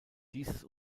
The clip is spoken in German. dieses